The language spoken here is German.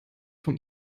vom